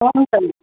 हुन्छ मिस